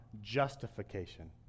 justification